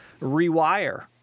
rewire